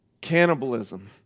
cannibalism